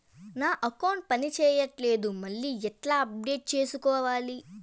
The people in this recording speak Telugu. నా అకౌంట్ పని చేయట్లేదు మళ్ళీ ఎట్లా అప్డేట్ సేసుకోవాలి?